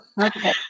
okay